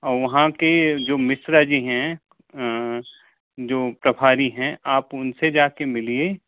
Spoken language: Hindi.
और वहाँ के जो मिश्रा जी हैं जो प्रभारी हैं आप उनसे जा कर मिलिए